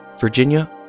Virginia